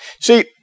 See